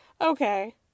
Okay